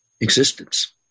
existence